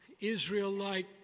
Israel-like